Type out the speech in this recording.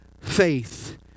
faith